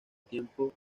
tiempo